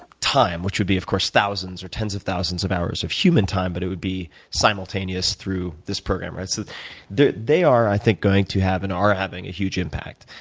time, which would be, of course, thousands or tens of thousands of hours of human time, but it would be simultaneous through this program, right? so they are, i think, going to have and are having a huge impact.